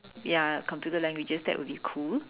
ya computer languages that would be cool